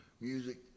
music